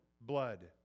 blood